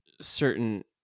certain